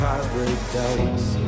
Paradise